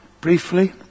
briefly